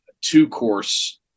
two-course